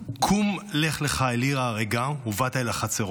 "קום לך לך אל עיר ההריגה ובאת אל החצרות,